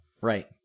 right